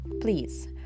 Please